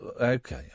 Okay